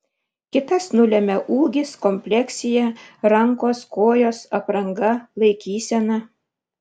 kitas nulemia ūgis kompleksija rankos kojos apranga laikysena